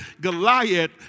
Goliath